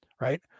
right